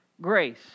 grace